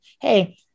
hey